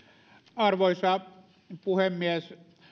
arvoisa puhemies